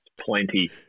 plenty